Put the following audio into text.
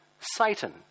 Satan